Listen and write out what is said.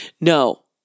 No